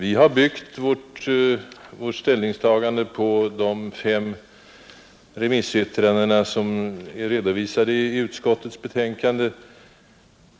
Vi har i utskottet byggt vårt ställningstagande på de fem avstyrkande remissyttranden som är redovisade i utskottets betänkande.